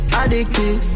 addicted